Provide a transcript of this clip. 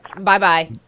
Bye-bye